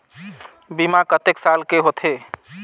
बीमा कतेक साल के होथे?